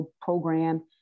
program